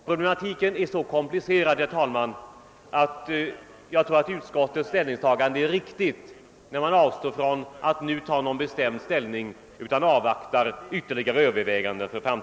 Problematiken är så komplicerad, herr talman, att jag tror att utskottets ställningstagande är riktigt när man avstår från att nu inta en bestämd ståndpunkt och vill avvakta ytterligare överväganden.